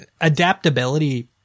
adaptability